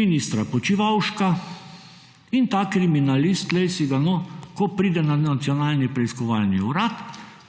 ministra Počivalška. In ta kriminalist, glej si ga no, ko pride na Nacionalni preiskovalni urad,